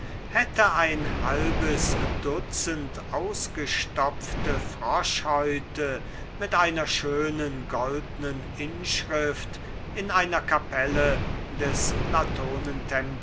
hätten ein halbdutzend ausgestopfte froschhäute mit einer schönen goldnen inschrift in einer kapelle des